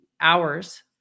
hours